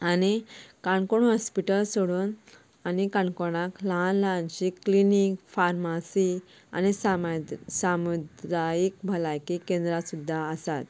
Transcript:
आनी काणकोण हॉस्पिटल सोडून आनी काणकोणांत ल्हान ल्हानशें क्लिनीक फार्मासी आनी साम समुदायीक भलायकी केंद्रां सुद्दां आसात